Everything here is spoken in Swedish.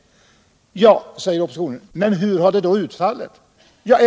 Ja, säger oppositionen, men hur har trafikplaneringen då utfallit?